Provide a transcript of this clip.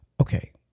Okay